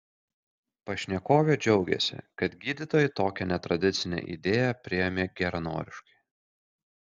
pašnekovė džiaugiasi kad gydytojai tokią netradicinę idėją priėmė geranoriškai